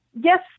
Yes